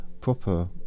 Proper